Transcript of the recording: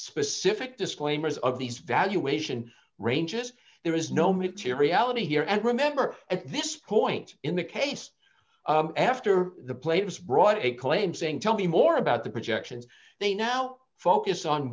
specific disclaimers of these valuation ranges there is no materiality here and remember at this point in the case after the players brought a claim saying tell me more about the projections they now focus on